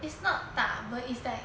it's not 大 but it's like